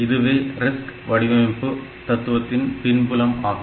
இதுவே RISC வடிவமைப்பு தத்துவத்தின் பின்புலம் ஆகும்